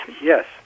Yes